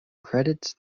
credits